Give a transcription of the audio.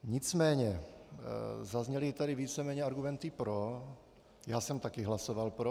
Nicméně zazněly tady víceméně argumenty pro, já jsem také hlasoval pro.